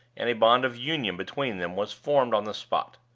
and a bond of union between them was formed on the spot.